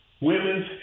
Women's